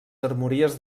armories